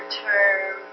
term